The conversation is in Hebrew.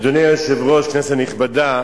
אדוני היושב-ראש, כנסת נכבדה,